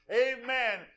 Amen